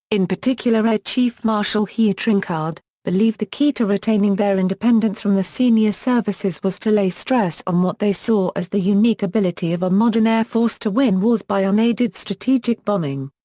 in particular air chief marshal hugh trenchard, believed the key to retaining their independence from the senior services was to lay stress on what they saw as the unique ability of a modern air force to win wars by unaided strategic bombing.